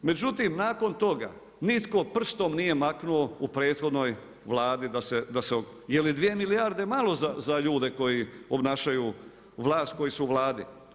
Međutim nakon toga nitko prstom nije maknuo u prethodnoj vladi, jel dvije milijarde je malo za ljude koji obnašaju vlast koji su u Vladi.